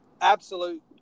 absolute